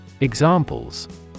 Examples